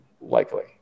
likely